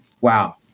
wow